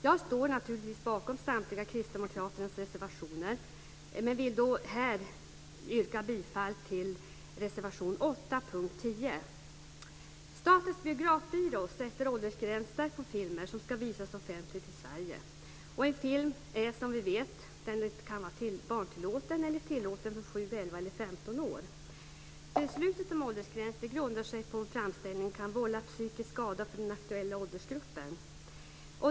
Jag står naturligtvis bakom samtliga Statens Biografbyrå sätter åldersgränser på filmer som ska visas offentligt i Sverige. En film kan vara barntillåten eller tillåten från 7, 11 eller 15 år. Beslutet om åldersgräns grundar sig på om framställningen kan vålla psykisk skada för den aktuella åldersgruppen.